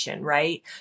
right